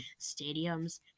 stadiums